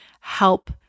help